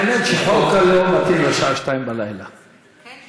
האמת שחוק הלאום מתאים לשעה 02:00. כן?